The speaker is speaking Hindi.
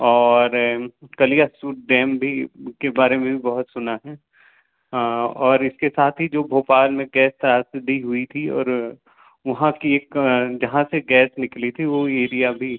और कलियासोत डैम भी उसके बारे में भी बहुत सुना है और इसके साथ ही जो भोपाल में हुई थी और वहाँ की एक जहाँ से गैस निकली थी वो एरिया भी